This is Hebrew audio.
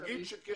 אוקיי, נגיד שכן?